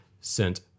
sent